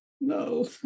No